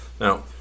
Now